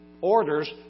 orders